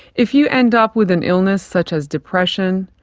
if you end up with an illness such as depression,